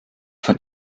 von